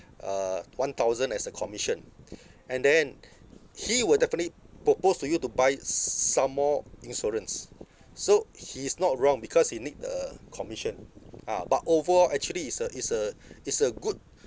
uh one thousand as a commission and then he will definitely propose to you to buy s~ s~ some more insurance so he is not wrong because he need the commission ah but overall actually is a is a is a good